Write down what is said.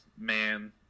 man